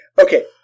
okay